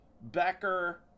Becker